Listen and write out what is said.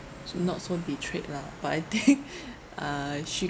so not so betrayed lah but I think uh she